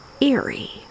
eerie